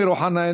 אמיר אוחנה,